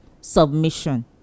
submission